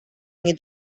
nie